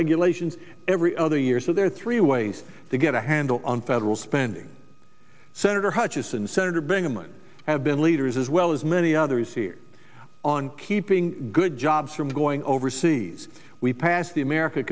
regulations every other year so there are three ways to get a handle on federal spending senator hutchison senator bingaman have been leaders as well as many others here on keeping good jobs from going overseas we passed the america